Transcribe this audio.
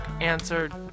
answered